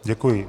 Děkuji.